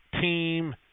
team